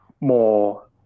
more